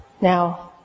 Now